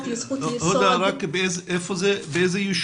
היא זכות יסוד --- הודא באיזה ישוב?